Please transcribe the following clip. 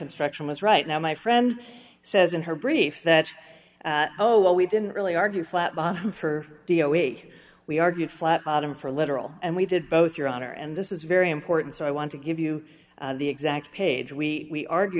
instruction was right now my friend says in her brief that oh well we didn't really argue flat bottom for the eight we argued flat bottom for literal and we did both your honor and this is very important so i want to give you the exact page we argue